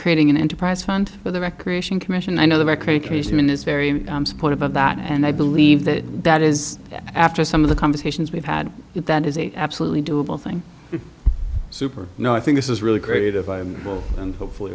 creating an enterprise fund for the recreation commission i know the recreation is very supportive of that and i believe that that is after some of the conversations we've had that is a absolutely doable thing super you know i think this is really great and hopefully